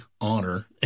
honor